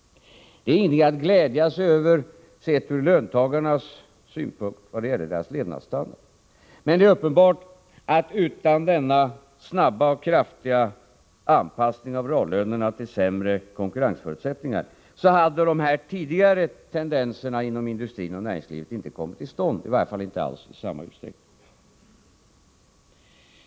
Det är ingenting att glädja sig över, sett ur löntagarnas synpunkt vad gäller deras levnadsstandard. Men det är uppenbart att utan denna snabba och kraftiga anpassning av reallönerna till sämre konkurrensförutsättningar hade de här tidigare tendenserna inom industrin och näringslivet inte kommit till stånd, i varje fall inte alls i samma utsträckning.